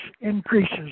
increases